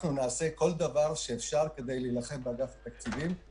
אנחנו נעשה כל דבר שאפשר כדי להילחם באגף התקציבים.